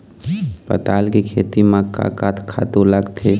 पताल के खेती म का का खातू लागथे?